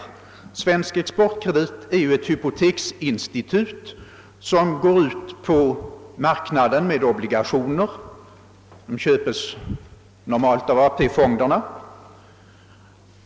AB Svensk exportkredit är ju ett hypoteksinstitut, som går ut på marknaden med obligationer — de köps normalt av AP-fonderna.